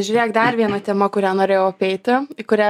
žiūrėk dar viena tema kurią norėjau apeiti į kurią